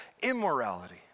immorality